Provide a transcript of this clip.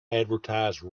advertise